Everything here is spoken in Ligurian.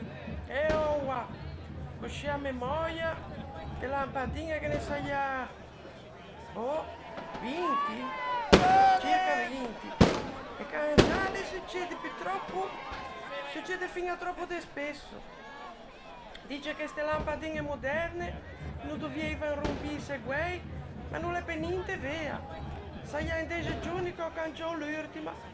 E oua, coscì à memöia, de lampadiñe ghe ne saià... boh... vinti? Circa vinti, e cangiâle, succede, purtròppo, succede fiña tròppo de spesso. Dixe che ste lampadiñe modrne no dovieivan rompîse guæi, ma no l'é pe ninte vea. Saià un dexe giorni che ò cangiou l'urtima.